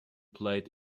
played